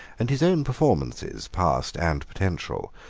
and his own performances, past and potential,